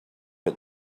but